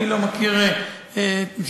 אני לא מכיר שמישהו,